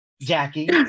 Jackie